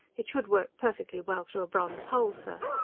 it should work perfectly well through a bronze hull, sir.